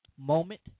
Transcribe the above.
moment